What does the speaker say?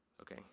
Okay